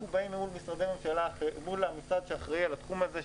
באים מול המשרד שאחראי על התחום הזה,